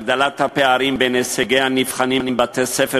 הגדלת הפערים בין נציגי הנבחנים בבתי-ספר